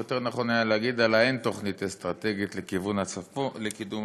יותר נכון היה להגיד: על האין-תוכנית אסטרטגית לקידום הצפון.